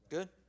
Good